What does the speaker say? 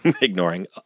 ignoring